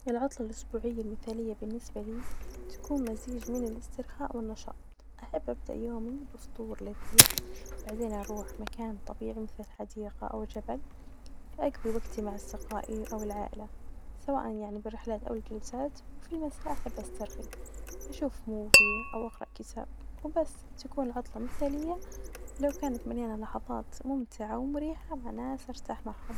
العطلة الإسبوعية المثالية بالنسبة لي تكون مزيج من الإسترخاء والنشاط، أحب أبدأ يومي بفطور لذيذ ، بعدين أروح مكان طبيعي مثل حديقة أو جبل، أقظي وجتي مع أصدقائي أو العائلة سواء يعني برحلات أو الجلسات وفي المساء أحب أسترخي، أشوف موفي أو أقرأ كتاب، بس تكون عطلة مثالية لو كانت مليانة لحظات ممتعة ومريحة مع ناس أرتاح معهم.